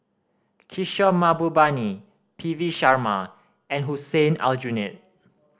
Kishore Mahbubani P V Sharma and Hussein Aljunied